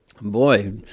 Boy